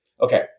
Okay